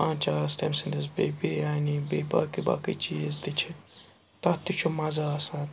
آنٛچارس تٔمۍ سٕنٛدِس بیٚیہِ بِریانی بیٚیہِ باقٕے باقٕے چیٖز تہِ چھِ تَتھ تہِ چھُ مَزٕ آسان